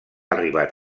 arribat